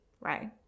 right